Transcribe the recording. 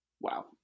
Wow